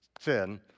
Sin